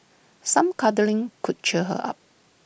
some cuddling could cheer her up